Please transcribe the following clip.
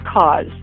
cause